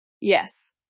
Yes